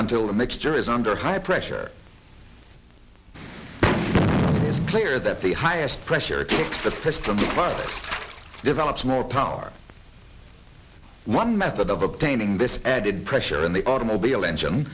until the mixture is under high pressure it's clear that the highest pressure to the testimony develops more power one method of obtaining this added pressure in the automobile engine